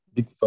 Big